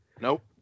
Nope